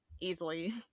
easily